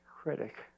critic